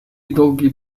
долгий